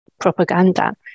propaganda